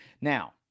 Now